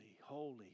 holy